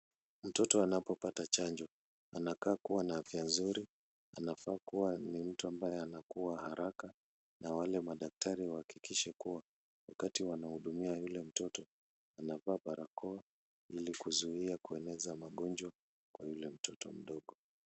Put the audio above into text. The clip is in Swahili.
Mtoto anapopata chanjo anakaa kuwa na afya nzuri. Anafaa kukuwa mtu ambaye anakuwa haraka na wale madaktari wahakikishe kuwa wakati wanahudumia yule mtoto wanavaa barakoa ili kuzuia kueneza magonjwa kwa ule mtoto mdogo.